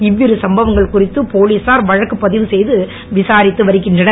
இவ்விரு சம்பவங்கள் குறித்து போலீசார் வழக்கு பதிவுசெய்து விசாரித்து வருகின்றனர்